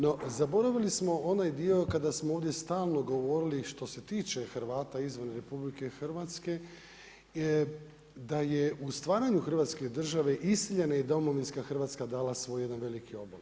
No, zaboravili smo onaj dio kada smo ovdje stalno govorili što se tiče Hrvata izvan RH, da je u stvaranju Hrvatske države, iseljena domovinska dala svoj jedan veliki obol.